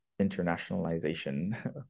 internationalization